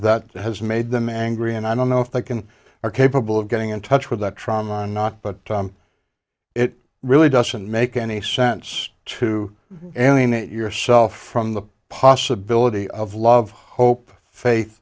that has made them angry and i don't know if they can are capable of getting in touch with that trauma or not but it really doesn't make any sense to anyone it yourself from the possibility of love hope faith